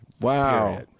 Wow